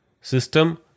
System